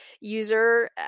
user